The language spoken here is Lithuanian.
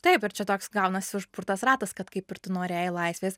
taip ir čia toks gaunasi užburtas ratas kad kaip ir tu norėjai laisvės